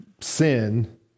sin